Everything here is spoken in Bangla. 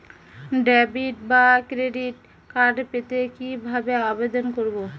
ডেবিট বা ক্রেডিট কার্ড পেতে কি ভাবে আবেদন করব?